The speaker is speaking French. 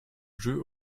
jeu